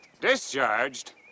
Discharged